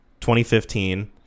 2015